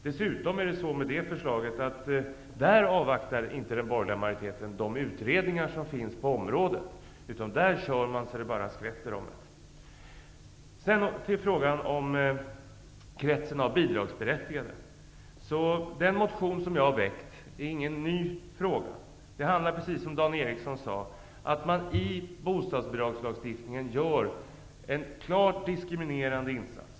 När det gäller det förslaget är det dessutom så att den borgerliga majoriteten inte avvaktar de utredningar som finns på området, utan man kör så att det bara skvätter om det. Nu skall jag gå över till frågan om kretsen av bidragsberättigade. Den motion som jag har väckt handlar inte om en ny fråga. Den handlar, precis som Dan Eriksson i Stockholm sade, om att det i bostadsbidragslagstiftningen görs en klart diskriminerande insats.